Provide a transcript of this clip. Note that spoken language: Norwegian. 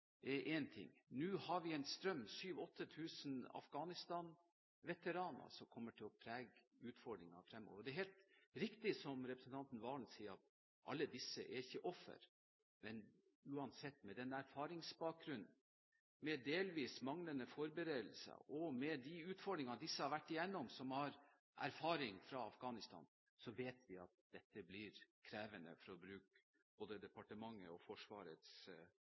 nå har vi 7 000–8 000 Afghanistan-veteraner som kommer til å prege denne utfordringen fremover. Det er helt riktig, som representanten Serigstad Valen sier, at alle disse ikke er ofre, men uansett med deres erfaringsbakgrunn, delvis manglende forberedelser og de utfordringer de som har vært i Afghanistan har vært gjennom, vet vi at dette blir krevende, for å bruke både departementets og Forsvarets